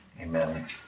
Amen